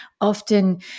often